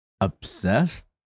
Obsessed